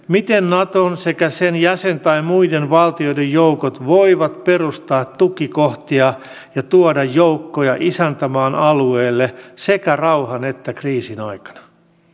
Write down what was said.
miten naton sekä sen jäsen tai muiden valtioiden joukot voivat perustaa tukikohtia ja tuoda joukkoja isäntämaan alueelle sekä rauhan että kriisin aikana